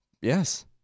Yes